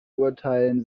urteilen